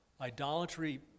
idolatry